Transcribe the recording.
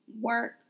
work